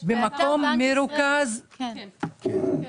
כן.